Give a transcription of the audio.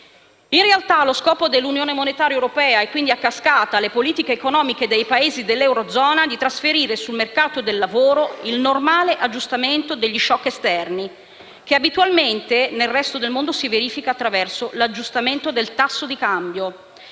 In realtà, lo scopo dell'unità monetaria europea (quindi, a cascata, delle politiche economiche dei Paesi dell'eurozona) è quello di trasferire sul mercato del lavoro il normale aggiustamento degli *shock* esterni, che abitualmente nel resto del mondo si verifica attraverso l'aggiustamento del tasso di cambio.